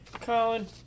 Colin